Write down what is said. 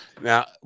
Now